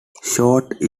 short